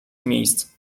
miejsc